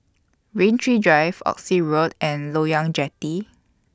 Rain Tree Drive Oxy Road and Loyang Jetty